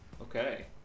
Okay